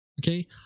okay